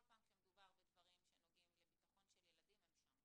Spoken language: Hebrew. פעם כשמדובר בדברים שנוגעים לביטחון של ילדים הם שם.